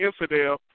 infidel